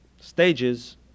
stages